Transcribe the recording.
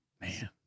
Man